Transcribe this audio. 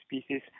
species